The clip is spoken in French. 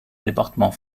département